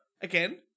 again